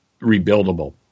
rebuildable